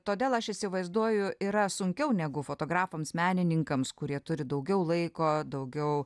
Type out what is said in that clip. todėl aš įsivaizduoju yra sunkiau negu fotografams menininkams kurie turi daugiau laiko daugiau